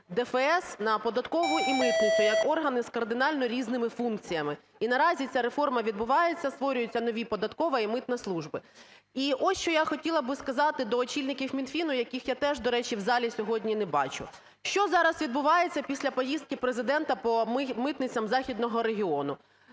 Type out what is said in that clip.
ДФС на податкову і митницю як органи з кардинально різними функціями. І наразі ця реформа відбувається, створюють нові податкова і митна служби. І ось що я хотіла би сказати до очільників Мінфіну, яких я теж, до речі, в залі сьогодні не бачу. Що зараз відбувається після поїздки Президента по митницям західного регіону?